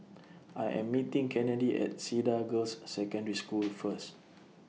I Am meeting Kennedi At Cedar Girls' Secondary School First